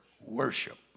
worship